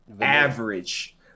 average